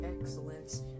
Excellence